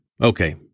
Okay